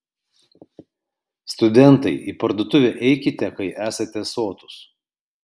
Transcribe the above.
studentai į parduotuvę eikite kai esate sotūs